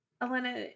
Elena